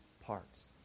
parts